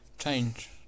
change